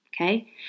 Okay